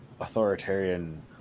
authoritarian